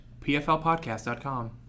pflpodcast.com